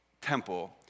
temple